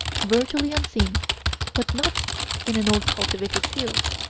virtually unseen but not in an old cultivated field,